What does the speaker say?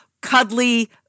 cuddly